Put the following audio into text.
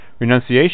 Renunciation